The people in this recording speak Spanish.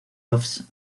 offs